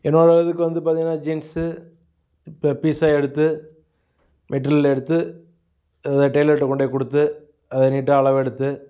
என்னோடய இதுக்கு வந்து பார்த்திங்கன்னா ஜீன்ஸ்ஸு பெ பீஸாக எடுத்து மெட்டீரியல் எடுத்து ஏதாது டெய்லர்கிட்ட கொண்டே கொடுத்து அதை நீட்டாக அளவெடுத்து